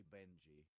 Benji